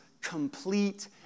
complete